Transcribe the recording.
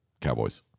cowboys